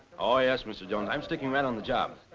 oh, yes, mr. jones, i'm sticking right on the job.